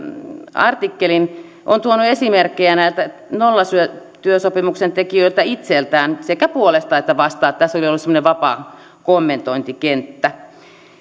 artikkelin he ovat tuoneet esimerkkejä näiltä nollatyösopimuksen tekijöiltä itseltään sekä puolesta että vastaan tässä oli ollut semmoinen vapaa kommentointikenttä